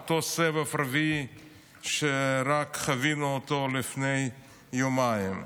על אותו סבב רביעי שרק חווינו אותו לפני יומיים.